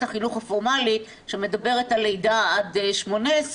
החינוך הפורמלית שמדברת על לידה עד 18,